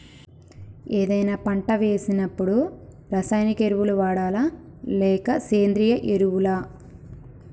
ఏదైనా పంట వేసినప్పుడు రసాయనిక ఎరువులు వాడాలా? లేక సేంద్రీయ ఎరవులా?